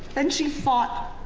and she fought,